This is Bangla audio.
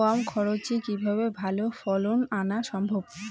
কম খরচে কিভাবে ভালো ফলন আনা সম্ভব?